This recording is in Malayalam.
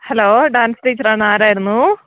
ഹലോ ഡാൻസ് ടീച്ചറാണ് ആരായിരുന്നു